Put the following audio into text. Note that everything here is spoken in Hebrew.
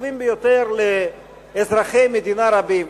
חשובים ביותר לאזרחים רבים,